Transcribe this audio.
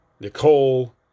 Nicole